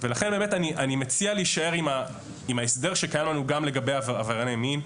לכן באמת אני מציע להישאר עם ההסדר שקיים לנו גם לגבי עברייני מין.